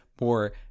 more